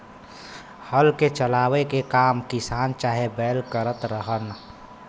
हल के चलावे के काम किसान चाहे बैल करत रहलन